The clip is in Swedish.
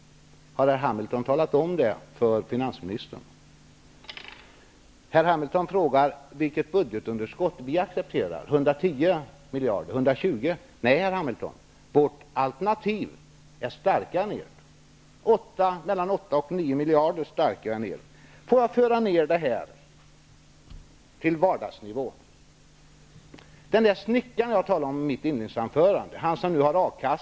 Har Carl B. Hamilton talat om det för finansministern? Carl B. Hamilton frågar vilket budgetunderskott som vi accepterar. Handlar det om 110 miljarder kronor eller 120 miljarder kronor? Nej, Carl B. Hamilton, vårt alternativ är starkare än ert. Det är mellan 8 och 9 miljarder kronor starkare än ert. Låt mig föra ned diskussionen till vardagsnivå. Är det något fel i de tankegångar som snickaren hade som jag talade om i mitt inledningsanförande?